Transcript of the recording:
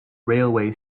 railway